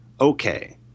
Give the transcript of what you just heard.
okay